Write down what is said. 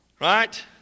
Right